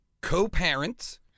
co-parents